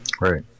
Right